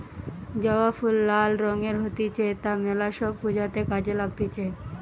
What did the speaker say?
জবা ফুল লাল রঙের হতিছে তা মেলা সব পূজাতে কাজে লাগতিছে